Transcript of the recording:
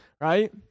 right